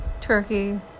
turkey